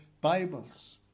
Bibles